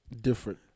different